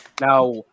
Now